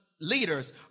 leaders